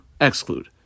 exclude